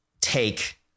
take